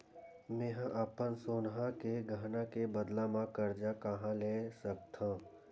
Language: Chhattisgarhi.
मेंहा अपन सोनहा के गहना के बदला मा कर्जा कहाँ ले सकथव?